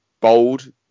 bold